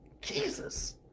Jesus